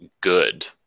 good